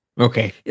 Okay